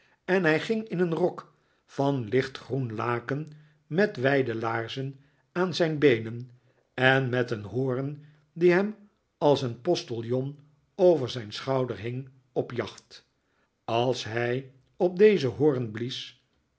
en ging in een rok van lichtgroen laken met wijde laarzen aan zijn beenen en met een hoorn die hem als een postiljon over zijn schouder hing op jacht als hij op dezen hoorn blies